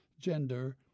gender